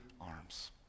arms